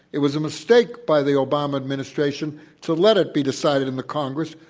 it was a mistake by the obama administration to let it be decided in the congress,